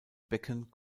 becken